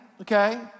okay